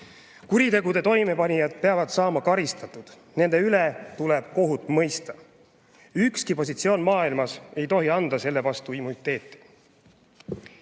Kuritegude toimepanijad peavad saama karistatud, nende üle tuleb kohut mõista. Ükski positsioon maailmas ei tohi anda selle vastu immuniteeti.